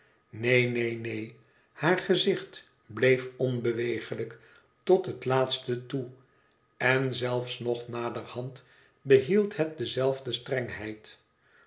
neen neen haar gezicht bleef onbeweeglijk tot het laatste toe en zelfs nog naderhand behield het dezelfde strengheid